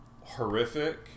horrific